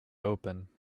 open